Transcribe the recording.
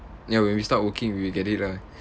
ya when we start working we get it lah